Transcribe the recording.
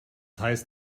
heißt